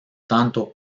tanto